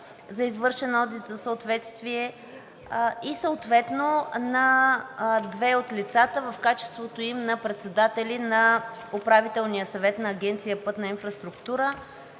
за извършен одит за съответствие и съответно на две от лицата в качеството им на председатели на Управителния съвет на Агенция „Пътна инфраструктура“